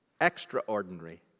extraordinary